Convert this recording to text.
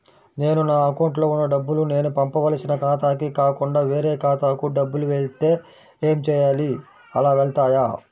నేను నా అకౌంట్లో వున్న డబ్బులు నేను పంపవలసిన ఖాతాకి కాకుండా వేరే ఖాతాకు డబ్బులు వెళ్తే ఏంచేయాలి? అలా వెళ్తాయా?